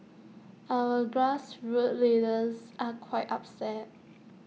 our grassroots leaders are quite upset